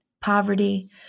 poverty